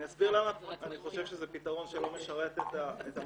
אני אסביר למה אני חושב שזה פתרון שלא משרת את המטרה